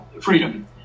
freedom